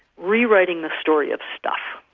rewriting the story of stuff,